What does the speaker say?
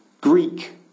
Greek